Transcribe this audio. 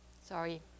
Sorry